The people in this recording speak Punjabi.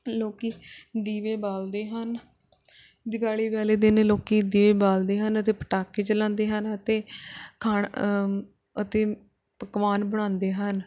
ਲੋਕ ਦੀਵੇ ਬਾਲਦੇ ਹਨ ਦਿਵਾਲੀ ਵਾਲੇ ਦਿਨ ਲੋਕ ਦੀਵੇ ਬਾਲਦੇ ਹਨ ਅਤੇ ਪਟਾਕੇ ਚਲਾਉਂਦੇ ਹਨ ਅਤੇ ਖਾਣਾ ਅਤੇ ਪਕਵਾਨ ਬਣਾਉਂਦੇ ਹਨ